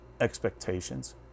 expectations